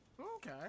Okay